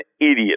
idiot